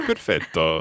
Perfetto